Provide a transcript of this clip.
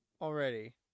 already